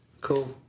cool